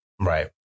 Right